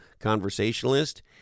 conversationalist